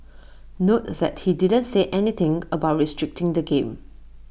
note that he didn't say anything about restricting the game